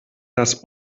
das